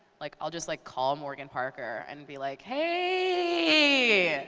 like i'll just like call morgan parker and be like, hey.